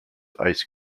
ice